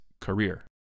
career